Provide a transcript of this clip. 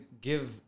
give